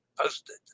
posted